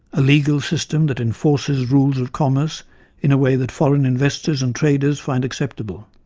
a legal system that enforces rules of commerce in a way that foreign investors and traders find acceptable.